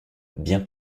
bien